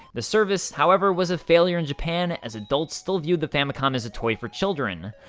the service, however, was a failure in japan as adults still viewed the famicom as a toy for children.